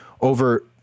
over